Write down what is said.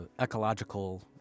ecological